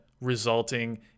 resulting